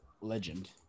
legend